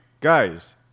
Guys